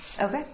Okay